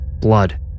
Blood